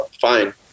Fine